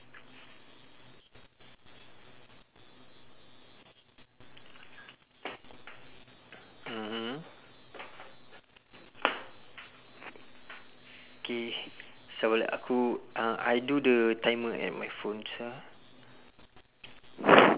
K sabar eh aku uh I do the timer at my phone sia